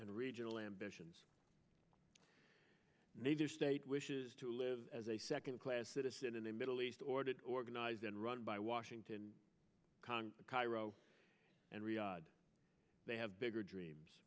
and regional ambitions neither state wishes to live as a second class citizen in the middle east or to organize and run by washington kang cairo and riyadh they have bigger dreams